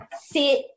sit